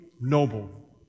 noble